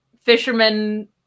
Fisherman